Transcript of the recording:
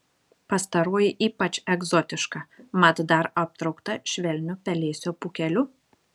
pastaroji ypač egzotiška mat dar aptraukta švelniu pelėsio pūkeliu